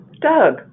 Doug